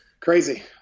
Crazy